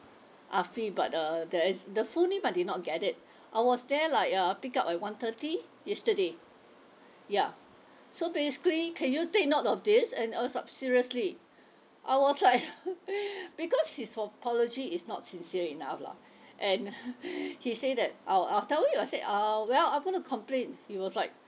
afi but uh that is the full name I did not get it I was there like uh pick up at one thirty yesterday ya so basically can you take note of this and uh sub~ seriously I was like because his apology is not sincere enough lah and he said that I'll I tell him I said uh well I'm gonna complain he was like